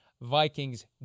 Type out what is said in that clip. Vikings